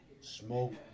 Smoke